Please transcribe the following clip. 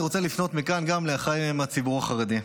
אני רוצה לפנות מכאן גם לאחיי מהציבור החרדי,